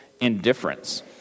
indifference